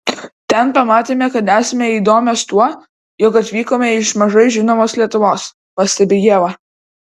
ten pamatėme kad esame įdomios tuo jog atvykome iš mažai žinomos lietuvos pastebi ieva